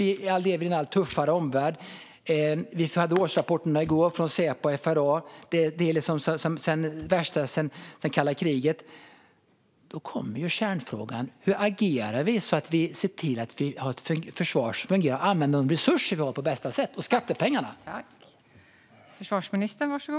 Vi lever i en allt tuffare omvärld. I går fick vi årsrapporterna från Säpo och FRA. Läget är det värsta sedan kalla kriget. Då kommer kärnfrågan: Hur agerar vi för att se till att vi har ett försvar som fungerar och använder våra resurser och våra skattepengar på bästa sätt?